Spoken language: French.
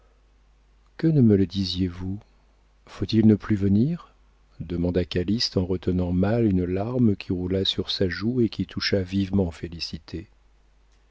que ne me le disiez-vous faut-il ne plus venir demanda calyste en retenant mal une larme qui roula sur sa joue et qui toucha vivement félicité